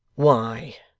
why,